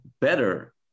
better